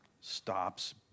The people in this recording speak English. stops